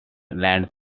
lands